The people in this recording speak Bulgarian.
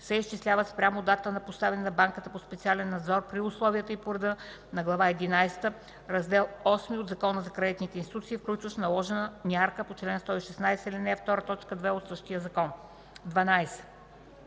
се изчисляват спрямо датата на поставянето на банката под специален надзор при условията и по реда на Глава единадесета, Раздел VIII от Закона за кредитните институции, включващ наложена мярка по чл. 116, ал. 2, т. 2 от същия закон; 12.